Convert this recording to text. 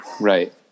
Right